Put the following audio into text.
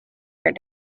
her